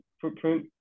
footprint